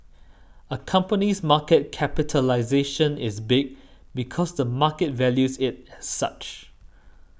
a company's market capitalisation is big because the market values it as such